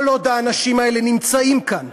כל עוד האנשים האלה נמצאים כאן,